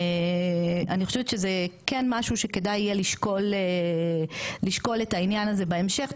אני חושבת שזה כן משהו שכדאי יהיה לשקול את העניין הזה בהמשך,